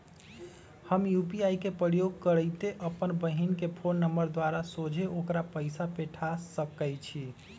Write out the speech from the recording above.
हम यू.पी.आई के प्रयोग करइते अप्पन बहिन के फ़ोन नंबर द्वारा सोझे ओकरा पइसा पेठा सकैछी